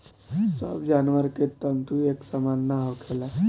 सब जानवर के तंतु एक सामान ना होखेला